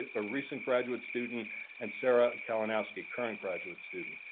ah a recent graduate student and sarah kalinowski current graduate student.